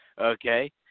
okay